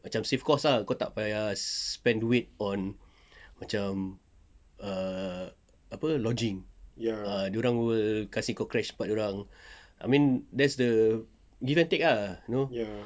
macam save cost ah kau tak payah spend duit on macam err apa lodging dorang will kasi kau crash tempat dorang I mean that's the give and take ah you know